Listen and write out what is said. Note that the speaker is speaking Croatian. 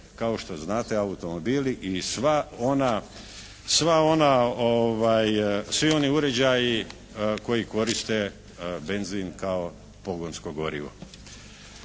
kao što znate automobili i sva ona, sva ona, svi oni uređaji koji koriste benzin kao pogonsko gorivo.